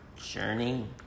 journey